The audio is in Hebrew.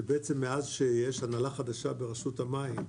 שמאז שיש הנהלה חדשה ברשות המים,